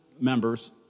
members